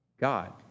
God